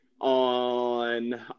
on